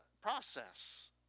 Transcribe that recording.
process